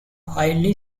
highly